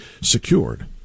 secured